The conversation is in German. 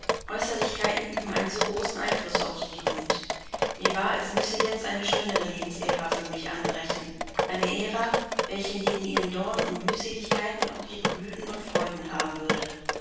äußerlichkeiten üben einen so großen einfluß auf die jugend mir war als müsse jetzt eine schönere lebensära für mich anbrechen eine ära welche neben ihren dornen und mühseligkeiten auch ihre blüten und freuden haben würde